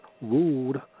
ruled